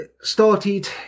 started